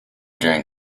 during